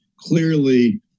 Clearly